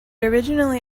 originally